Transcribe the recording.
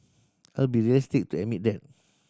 I'll be realistic to admit that